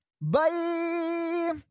Bye